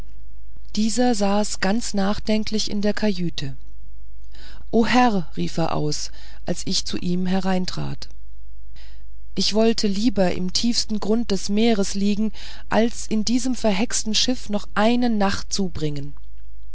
dieser saß ganz nachdenklich in der kajüte o herr rief er aus als ich zu ihm hereintrat ich wollte lieber im tiefsten grund des meeres liegen als in diesem verhexten schiff noch eine nacht zubringen